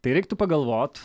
tai reiktų pagalvot